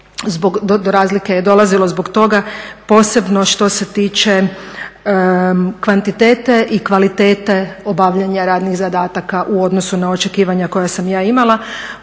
do razlike je dolazilo zbog toga posebno što se tiče kvantitete obavljanja radnih zadataka u odnosu na očekivanja koja sam ja imala.